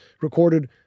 recorded